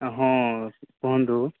ହଁ କୁହନ୍ତୁ